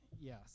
Yes